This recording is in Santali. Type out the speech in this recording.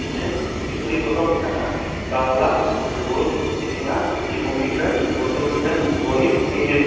ᱤᱧᱟᱹᱜ ᱵᱤᱥᱚᱭ ᱠᱚᱫᱚ ᱢᱮᱱᱟᱜᱼᱟ ᱵᱟᱝᱞᱟ ᱵᱷᱩᱜᱳᱞ ᱤᱛᱤᱦᱟᱥ ᱡᱤᱵᱚᱱ ᱵᱤᱜᱽᱜᱟᱱ ᱵᱷᱳᱣᱛᱚ ᱵᱤᱜᱽᱜᱟᱱ ᱜᱚᱱᱤᱛ ᱤᱝᱞᱤᱥ